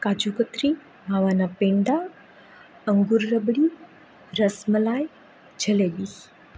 કાજુ કતરી માવાના પેંડા અંગૂર રબડી રસમલાઈ જલેબી